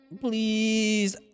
Please